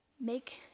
make